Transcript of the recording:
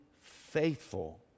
faithful